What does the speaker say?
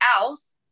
else